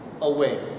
away